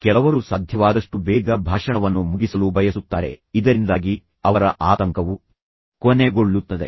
ಕೆಲವರು ಸಾಧ್ಯವಾದಷ್ಟು ಬೇಗ ಭಾಷಣವನ್ನು ಮುಗಿಸಲು ಬಯಸುತ್ತಾರೆ ಇದರಿಂದಾಗಿ ಅವರ ಆತಂಕವು ಕೊನೆಗೊಳ್ಳುತ್ತದೆ